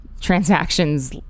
transactions